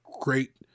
great